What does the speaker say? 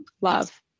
Love